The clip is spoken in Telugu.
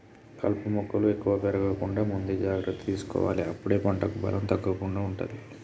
కలుపు మొక్కలు ఎక్కువ పెరగకుండా ముందే జాగ్రత్త తీసుకోవాలె అప్పుడే పంటకు బలం తగ్గకుండా ఉంటది